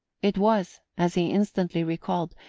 it was, as he instantly recalled,